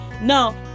Now